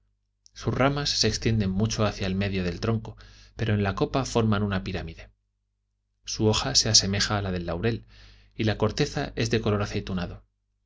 sus ramas se extienden mucho hacia el medio del tronco pero en la copa forman una pirámide su hoja se asemeja a la del laurel y la corteza es de color aceitunado